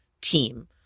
team